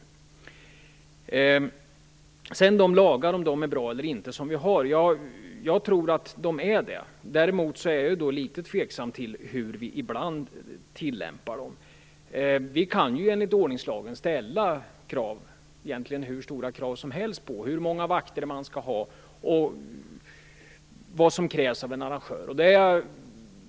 När det gäller om de lagar som vi har är bra eller inte tror jag att de är det. Däremot är jag litet tveksam till hur vi ibland tillämpar dem. Vi kan ju enligt ordningslagen ställa hur stora krav som helst egentligen på hur många vakter man skall ha och vad som krävs av en arrangör.